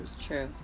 True